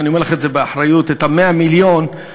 ואני אומר לך את זה באחריות: את 100 המיליון בפעם